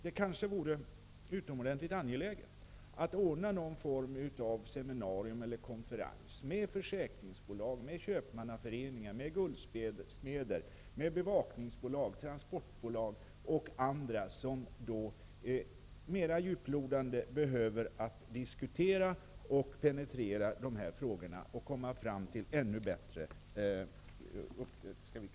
Det kanske vore utomordentligt angeläget att ordna någon form av seminarium eller konferens med banker, försäkringsbolag, köpmannaföreningar, guldsmeder, bevakningsbolag, transportbolag och andra som mera djuplodande behöver diskutera och penetrera de här frågorna och komma fram till ännu bättre åtgärder.